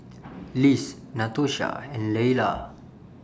Liz Natosha and Leala